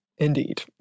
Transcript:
Indeed